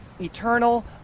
eternal